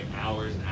hours